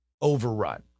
overrun